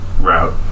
route